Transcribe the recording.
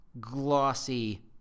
glossy